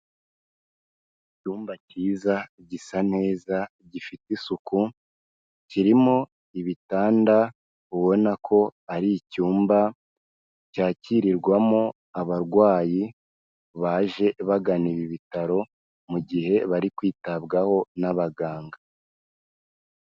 Icyumba cyiza gisa neza, gifite isuku kirimo ibitanda ubona ko ari icyumba cyakirirwamo abarwayi baje bagana ibi ibitaro, mu gihe bari kwitabwaho n'abaganga.